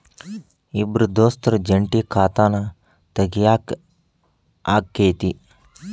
ಇಬ್ರ ದೋಸ್ತರ ಜಂಟಿ ಖಾತಾನ ತಗಿಯಾಕ್ ಆಕ್ಕೆತಿ?